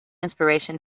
inspiration